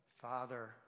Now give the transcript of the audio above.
Father